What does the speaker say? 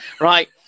Right